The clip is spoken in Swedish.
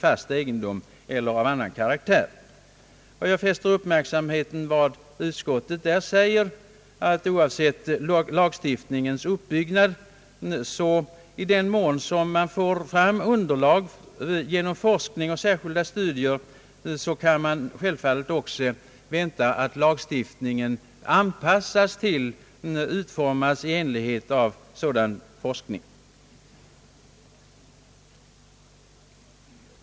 Jag fäster uppmärksamheten vid att utskottet säger att oavsett lagstiftningens uppbyggnad kan man räkna med att den utformas i enlighet med resultaten av forskning och särskilda studier, i den mån sådant underlag kommer fram.